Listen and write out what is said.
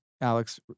Alex